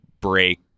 break